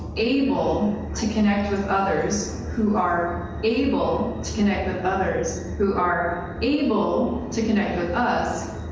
able to connect with others who are able to connect with others, who are able to connect with us,